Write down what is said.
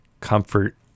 comfort